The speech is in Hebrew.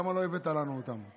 למה לא הבאת לנו אותן?